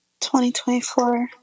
2024